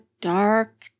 dark